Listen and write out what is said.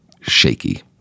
shaky